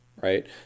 right